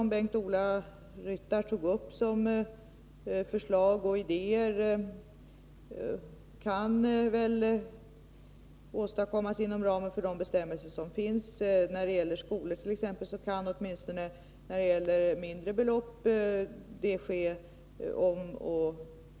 En del av de förslag och idéer som Bengt-Ola Ryttar förde fram kan väl tas upp inom ramen för de bestämmelser som finns. När det gäller ombyggnader och reparationer av skollokaler kan så ske åtminstone när det gäller mindre belopp.